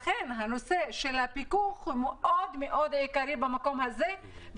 לכן, הנושא של הפיקוח הוא מאוד עיקרי במקום הזה.